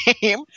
game